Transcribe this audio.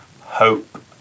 Hope